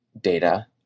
data